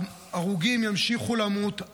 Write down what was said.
ההרוגים ימשיכו למות,